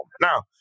Now